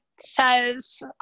says